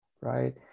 right